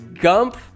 gump